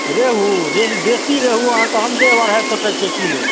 रेहू रेहू देसी रेहू अहाँके हम देब अढ़ाइ सए टके किलो